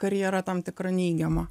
karjera tam tikra neigiama